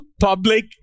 public